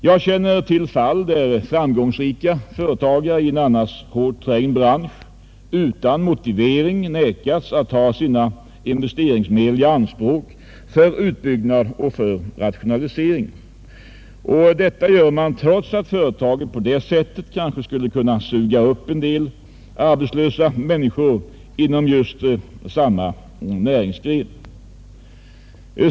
Jag känner till fall där framgångsrika företagare i en annars hårt trängd bransch utan motivering vägrats att ta sina investeringsmedel i anspråk för utbyggnad och rationalisering, trots att företagen på det sättet kanske skulle ha kunnat suga upp en del arbetslösa människor inom samma näringsgren.